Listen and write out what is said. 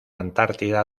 antártida